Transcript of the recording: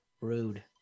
Rude